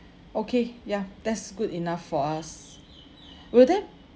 okay ya that's good enough for us will there